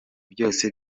byose